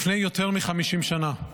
לפני יותר מחמישים שנה,